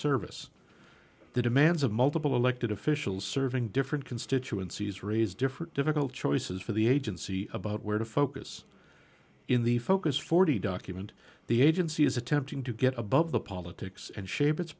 service the demands of multiple elected officials serving different constituencies raise different difficult choices for the agency about where to focus in the focus forty document the agency is attempting to get above the politics and shape it